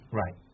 right